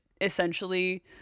essentially